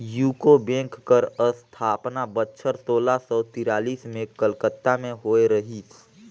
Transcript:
UCO bank कर असथापना बछर सोला सव तिरालिस में कलकत्ता में होए रहिस